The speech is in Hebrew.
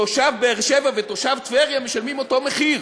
תושב באר-שבע ותושב טבריה משלמים אותו מחיר